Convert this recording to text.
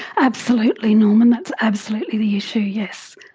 absolutely, norman, that's absolutely the issue, yes.